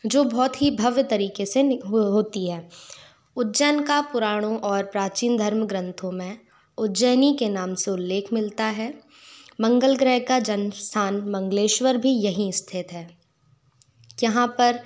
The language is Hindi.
जो बहुत ही भव्य तरीके से होती है उज्जन का पुराणों और प्राचीन धर्म ग्रंथों में उज्जैनी के नाम से उल्लेख मिलता है मंगल ग्रह का जन्म स्थान मंगलेश्वर भी यहीं स्थिति है यहाँ पर